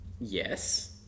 yes